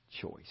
choice